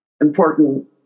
important